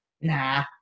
nah